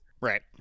Right